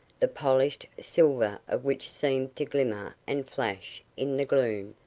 the polished silver of which seemed to glimmer and flash in the gloom,